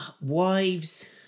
wives